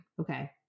Okay